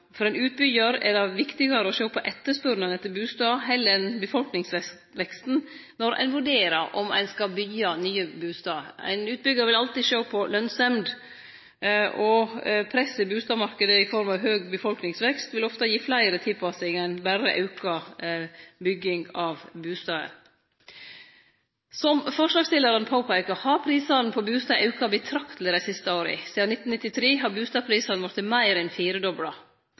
For ein utbyggjar er det viktigare å sjå på etterspurnaden etter bustad heller enn befolkningsveksten når ein vurderer om ein skal byggje nye bustader. Ein utbyggjar vil alltid sjå på lønsemd. Press i bustadmarknaden i form av høg befolkningsvekst vil ofte gi fleire tilpassingar enn berre auka bygging av bustader. Som forslagsstillarane påpeikar, har prisane på bustader auka betrakteleg dei siste åra. Sidan 1993 har bustadprisane vorte meir enn firedobla.